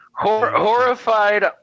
Horrified